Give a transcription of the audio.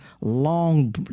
long